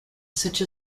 such